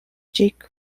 jake